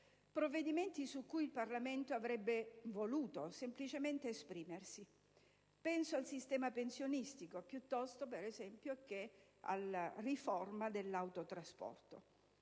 provvedimenti su cui il Parlamento avrebbe voluto semplicemente esprimersi. Penso al sistema pensionistico, piuttosto che alla riforma dell'autotrasporto.